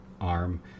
arm